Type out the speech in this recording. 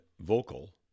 vocal